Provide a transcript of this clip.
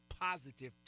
positive